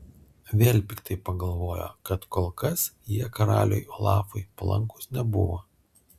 vėl piktai pagalvojo kad kol kas jie karaliui olafui palankūs nebuvo